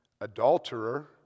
adulterer